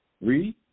Read